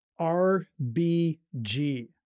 RBG